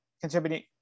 contributing